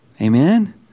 Amen